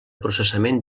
processament